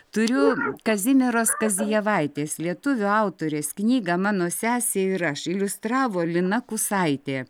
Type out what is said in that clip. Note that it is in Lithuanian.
turiu kazimieros kazijevaitės lietuvių autorės knygą mano sesė ir aš iliustravo lina kusaitė